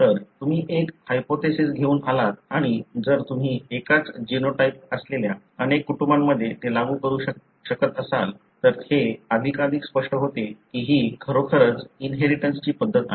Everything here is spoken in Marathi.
तर तुम्ही एक हायपोथेसिस घेऊन आलात आणि जर तुम्ही एकाच जीनोटाइप असलेल्या अनेक कुटुंबांमध्ये ते लागू करू शकत असाल तर हे अधिकाधिक स्पष्ट होते की ही खरोखरच इन्हेरीटन्सची पद्धत आहे